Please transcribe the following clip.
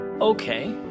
Okay